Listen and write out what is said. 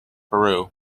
peru